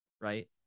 right